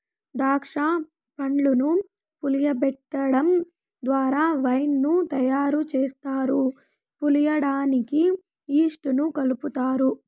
దాక్ష పండ్లను పులియబెటడం ద్వారా వైన్ ను తయారు చేస్తారు, పులియడానికి ఈస్ట్ ను కలుపుతారు